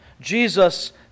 Jesus